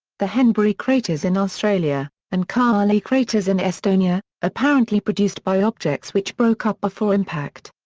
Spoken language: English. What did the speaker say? the henbury craters in australia, and kaali craters in estonia, apparently produced by objects which broke up before impact.